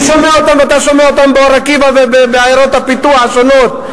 אני שומע אותם ואתה שומע אותם באור-עקיבא ובעיירות הפיתוח השונות,